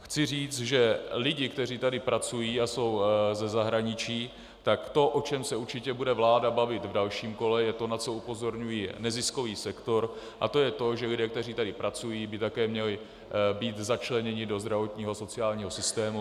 Chci říct, že lidé, kteří tady pracují a jsou ze zahraničí, tak to, o čem se určitě bude vláda bavit v dalším kole, je to, na co upozorňuje neziskový sektor, a to je to, že lidé, kteří tady pracují, by také měli být začleněni do zdravotního a sociálního systému.